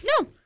No